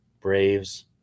Braves